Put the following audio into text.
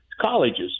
colleges